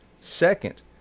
Second